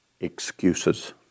excuses